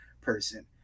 person